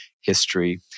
history